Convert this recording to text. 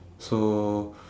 so